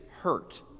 hurt